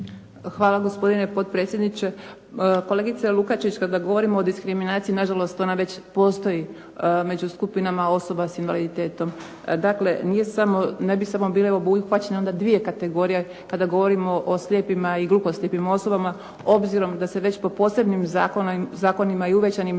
Hvala gospodine potpredsjedniče. Kolegice Lukačić kada govorimo o diskriminaciji na žalost ona već postoji među skupinama osoba s invaliditetom. Dakle nije samo, ne bi samo bile obuhvaćene onda dvije kategorije kada govorimo o slijepima i gluhoslijepim osobama obzirom da se već po posebnim zakonima i uvećanim